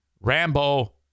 Rambo